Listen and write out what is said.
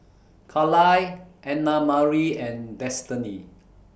Carlyle Annamarie and Destany